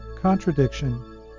contradiction